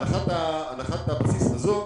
הנחת הבסיס הזאת